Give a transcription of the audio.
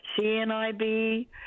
CNIB